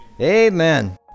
Amen